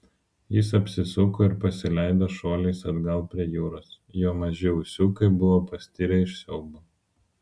jis apsisuko ir pasileido šuoliais atgal prie jūros jo maži ūsiukai buvo pastirę iš siaubo